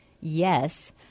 yes